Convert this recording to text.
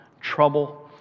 trouble